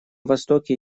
востоке